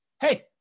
hey